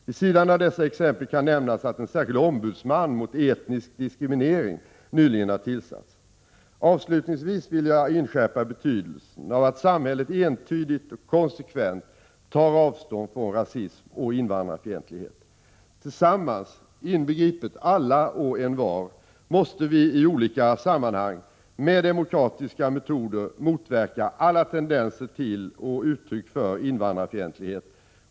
Vid sidan av dessa exempel kan nämnas att en särskild ombudsman mot etnisk diskriminering nyligen har tillsatts. Avslutningsvis vill jag inskärpa betydelsen av att samhället entydigt och konsekvent tar avstånd från rasism och invandrarfientlighet. Tillsammans, inbegripet alla och envar, måste vi i olika sammanhang med demokratiska metoder motverka alla tendenser till och uttryck för invandrarfientlighet.